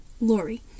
Lori